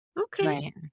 Okay